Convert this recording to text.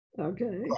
Okay